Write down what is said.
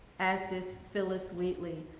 as is phillis wheatley,